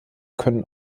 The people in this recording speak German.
können